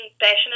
passionate